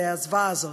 והזוועה הזאת,